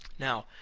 now,